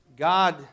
God